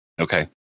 Okay